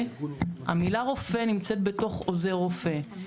המילה רופא נמצאת בתוך עוזר רופא.